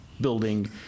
building